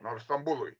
ar stambului